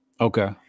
Okay